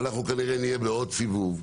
ואנחנו כנראה נהיה בעוד סיבוב,